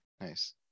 Nice